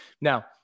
Now